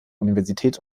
universität